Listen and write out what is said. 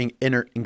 inner